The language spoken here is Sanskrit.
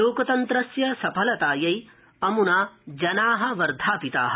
लोकतन्त्रस्य सफलतायै अमुना जना वर्धापिता